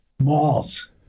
Malls